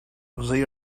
they